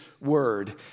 word